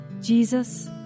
Jesus